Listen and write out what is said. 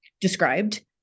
described